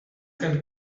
can